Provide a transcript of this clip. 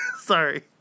Sorry